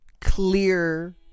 clear